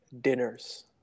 dinners